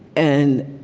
and